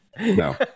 No